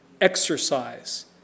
exercise